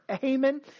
Haman